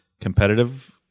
competitive